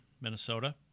Minnesota